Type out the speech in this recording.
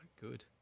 good